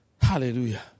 hallelujah